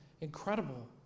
incredible